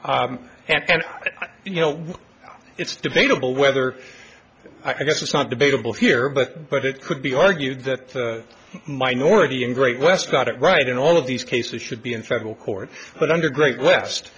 and you know it's debatable whether i guess it's not debatable here but but it could be argued that the minority in great west got it right and all of these cases should be in federal court but under great west